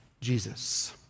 Jesus